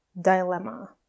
Dilemma